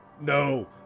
No